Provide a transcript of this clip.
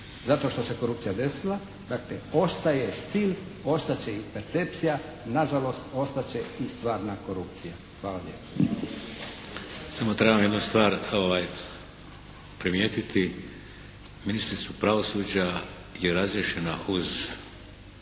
zato što se korupcija desila. Dakle ostaje stil, ostat će i percepcija. Nažalost ostat će i stvarna korupcija. Hvala lijepo. **Šeks, Vladimir (HDZ)** Samo trebam jednu stvar primijetiti. Ministrica pravosuđa je razriješena uz